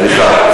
סליחה.